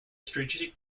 strategic